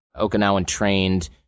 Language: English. Okinawan-trained